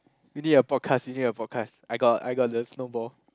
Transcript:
w need to podcast qw need to podcost I got I got the snowball